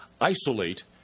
isolate